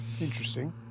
Interesting